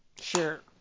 Sure